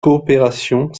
coopération